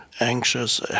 anxious